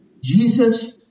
Jesus